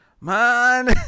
man